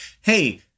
hey